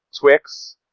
Twix